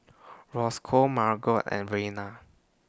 Roscoe Margot and Reanna